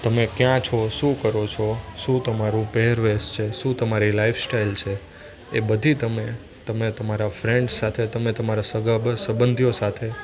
તમે ક્યાં છો શું કરો છો શું તમારું પહેરવેશ છે શું તમારી લાઈફસ્ટાઈલ છે એ બધી તમે તમે તમારા ફ્રેન્ડ્સ સાથે તમે તમારા સગા સંબંધીઓ સાથે